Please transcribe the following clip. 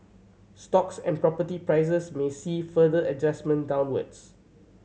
stocks and property prices may see further adjustment downwards